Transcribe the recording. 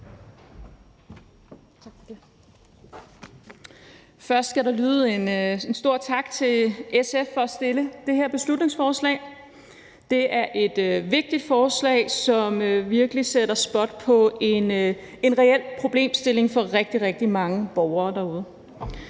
Tak for det.